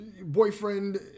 Boyfriend